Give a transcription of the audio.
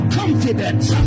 confidence